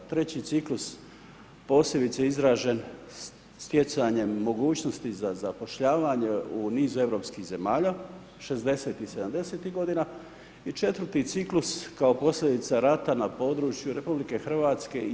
Treći ciklus posebice izražen stjecanjem mogućnosti za zapošljavanje u niz europskih zemalja, '60. i '70. godina i četvrti ciklus kao posljedica rata na području RH i BIH.